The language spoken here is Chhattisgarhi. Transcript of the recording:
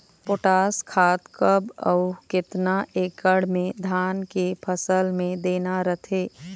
पोटास खाद कब अऊ केतना एकड़ मे धान के फसल मे देना रथे?